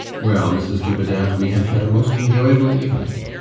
well, mrs dubedat, we have had a most enjoyable evening.